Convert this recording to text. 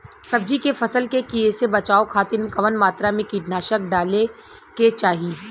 सब्जी के फसल के कियेसे बचाव खातिन कवन मात्रा में कीटनाशक डाले के चाही?